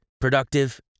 productive